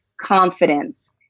confidence